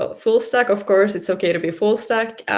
ah full stack, of course, it's okay to be full stack,